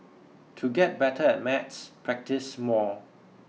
to get better at maths practise more